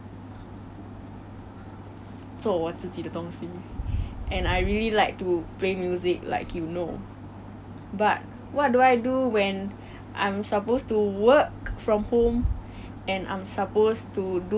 home is like a place that I do my own activities but how did I integrate from um doing this to actually 带我的工作在家做